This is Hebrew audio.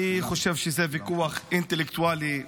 אני חושב שזה ויכוח אינטלקטואלי חשוב,